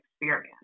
experience